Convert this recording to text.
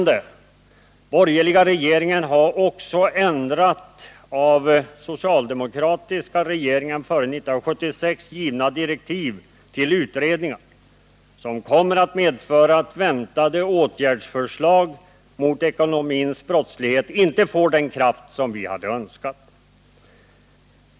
Den borgerliga regeringen har också ändrat av den tidigare socialdemokratiska regeringen före 1976 givna direktiv till utredningar, vilket kommer att medföra att väntade förslag om åtgärder mot ekonomins brottslighet inte får den kraft vi hade önskat.